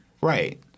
Right